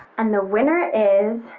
and the winner is.